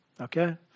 okay